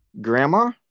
Grandma